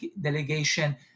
delegation